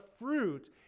fruit